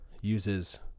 uses